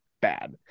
bad